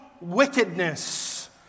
wickedness